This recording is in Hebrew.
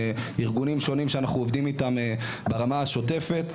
ארגונים שונים שאנחנו עובדים איתם ברמה השוטפת.